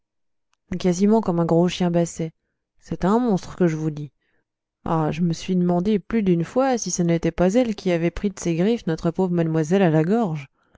quasiment comme un gros chien basset c'est un monstre que je vous dis ah je me suis demandé plus d'une fois si ça n'était pas elle qui avait pris de ses griffes notre pauvre mademoiselle à la gorge